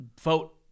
vote